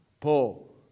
Paul